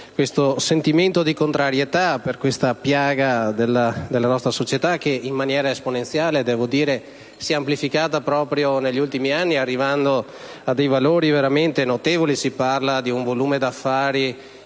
il sentimento di contrarietà per questa piaga della nostra società, che in maniera esponenziale si è amplificata proprio negli ultimi anni, arrivando a valori veramente notevoli: si parla di un volume d'affari